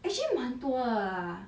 actually 蛮多了 lah